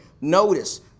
Notice